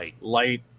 light